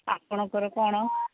ଆପଣଙ୍କର କ'ଣ